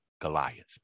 Goliath